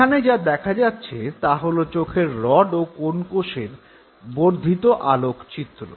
এখানে যা দেখা যাচ্ছে তা হল চোখের রড ও কোণ কোষের বর্ধিত আলোকচিত্র